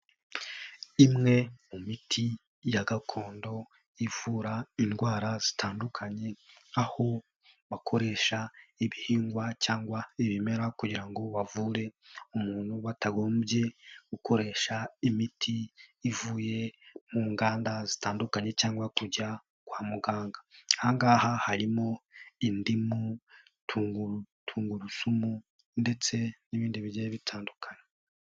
Imwe mu miti ya gakondo ivura indwara zitandukanye, aho bakoresha ibihingwa cyangwa ibimera, kugira ngo bavure umuntu batagombye gukoresha imiti ivuye mu nganda zitandukanye, cyangwa kujya kwa muganga. Aha ngaha harimo indimu, tunguru, tungurusumu ndetse n'ibindi bigiye bitandukanye.